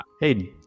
hey